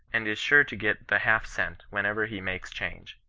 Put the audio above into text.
and is sure to get the half cent whenever he makes change.